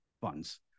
funds